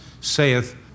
saith